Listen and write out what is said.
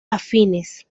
afines